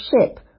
ship